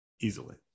Easily